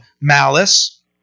malice